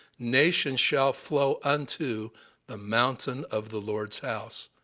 nations shall flow unto the mountain of the lord's house.